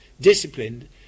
disciplined